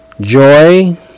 joy